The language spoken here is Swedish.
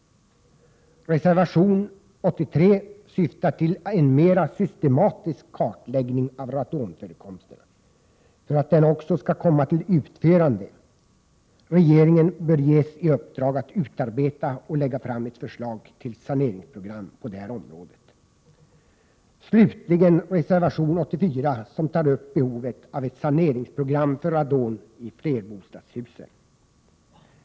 Reservation 83 syftar till att en mer systematisk kartläggning av radonförekomsterna skall komma till utförande. Regeringen bör ges i uppdrag att utarbeta och lägga fram ett förslag till saneringsprogram på det här området. Slutligen vill jag beröra reservation 84, som tar upp behovet av ett saneringsprogram för radon i flerbostadshusen.